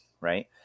right